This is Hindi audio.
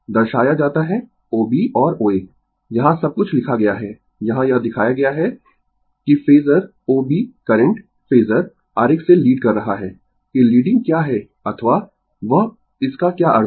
दर्शाया जाता है O B और O A यहां सब कुछ लिखा गया है यहां यह दिखाया गया है कि phasor O B current phasor आरेख से लीड कर रहा है कि लीडिंग क्या है अथवा वह इसका क्या अर्थ है